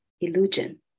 illusion